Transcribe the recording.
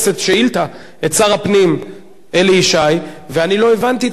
שאלה לגיטימית, והנה תשובה לגיטימית.